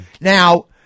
Now